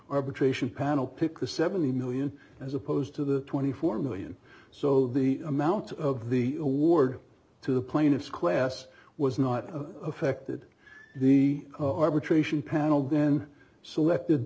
arbitration panel pick the seventy million as opposed to the twenty four million so the amount of the award to the plaintiffs class was not of affected the arbitration panel then selected